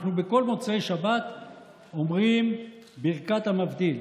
בכל מוצאי שבת אנחנו אומרים ברכת המבדיל: